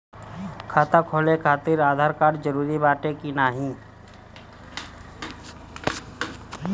खाता खोले काहतिर आधार कार्ड जरूरी बाटे कि नाहीं?